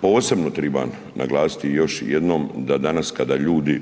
Posebno trebam naglasiti i još jednom da danas kada ljudi